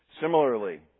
Similarly